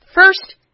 First